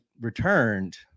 returned